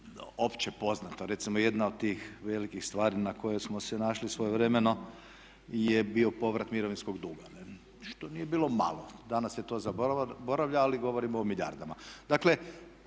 opće poznato. Recimo jedna od tih velikih stvari na koje smo se našli svojevremeno je bio povrat mirovinskog duga što nije bilo malo. Danas se to zaboravlja, ali govorim o milijardama.